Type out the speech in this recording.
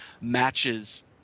matches